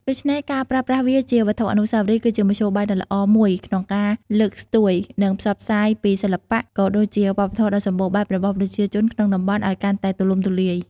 ដូច្នេះ ការប្រើប្រាស់វាជាវត្ថុអនុស្សាវរីយ៍ គឺជាមធ្យោបាយដ៏ល្អមួយក្នុងការលើកស្ទួយ និងផ្សព្វផ្សាយពីសិល្បៈ ក៏ដូចជាវប្បធម៌ដ៏សម្បូរបែបរបស់ប្រជាជនក្នុងតំបន់ឱ្យកាន់តែទូលំទូលាយ។